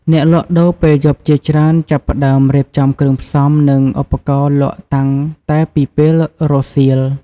អ្នកលក់ដូរពេលយប់ជាច្រើន ចាប់ផ្ដើមរៀបចំគ្រឿងផ្សំ និងឧបករណ៍លក់តាំងតែពីពេលរសៀល។